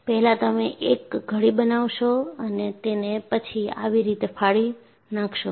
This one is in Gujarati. પહેલા એક ઘડી બનાવશો અને તેને પછી આવી રીતે ફાડી નાખશો